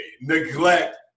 neglect